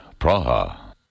Praha